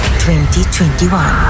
2021